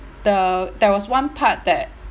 the there was one part that